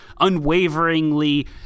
unwaveringly